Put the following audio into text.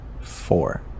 Four